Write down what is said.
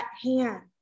hand